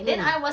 mm